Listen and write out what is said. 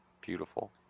Beautiful